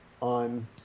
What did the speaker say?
on